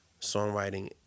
songwriting